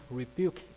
rebuke